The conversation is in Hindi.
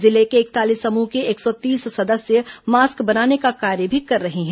जिले के इकतालीस समूह की एक सौ तीस सदस्य मास्क बनाने का कार्य भी कर रही हैं